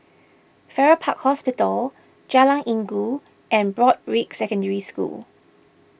Farrer Park Hospital Jalan Inggu and Broadrick Secondary School